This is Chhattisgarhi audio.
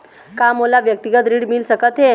का मोला व्यक्तिगत ऋण मिल सकत हे?